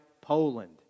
Poland